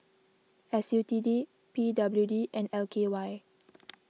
S U T D P W D and L K Y